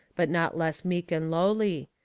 but not less meek and lowly.